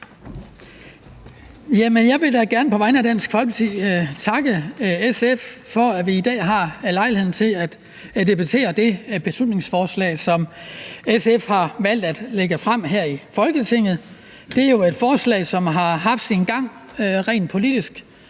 Jeg vil da gerne på vegne af Dansk Folkeparti takke SF for, at vi i dag har lejligheden til at debattere det beslutningsforslag, som SF har valgt at lægge frem her i Folketinget. Det er jo et forslag, som har haft sin gang rent politisk